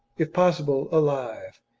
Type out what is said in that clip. if pos sible alive,